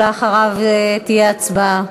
אחריו תהיה הצבעה.